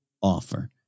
Offer